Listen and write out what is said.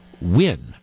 win